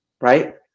Right